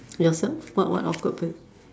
yourself what what awkward